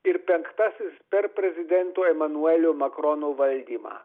ir penktasis per prezidento emanuelio makrono valdymą